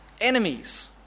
enemies